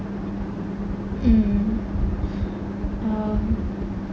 mm